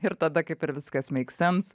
ir tada kaip ir viskas makes sense